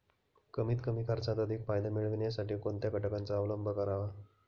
कमीत कमी खर्चात अधिक फायदा मिळविण्यासाठी कोणत्या घटकांचा अवलंब करावा?